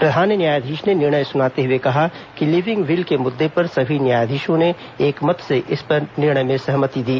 प्रधान न्यायाधीश ने निर्णय सुनाते हुए कहा कि लिविंग विल के मुद्दे पर सभी न्यायाधीशों ने एकमत से इस निर्णय में सहमति दी